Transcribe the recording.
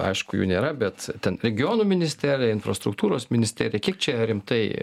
aišku jų nėra bet ten regionų ministerija infrastruktūros ministerija kiek čia rimtai